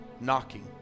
knocking